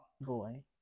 boy